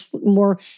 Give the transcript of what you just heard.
more